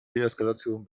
deeskalation